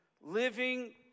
living